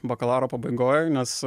bakalauro pabaigoj nes